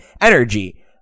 energy